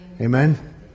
Amen